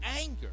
anger